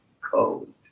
code